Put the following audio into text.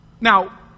Now